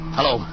Hello